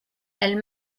elle